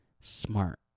smart